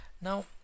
Now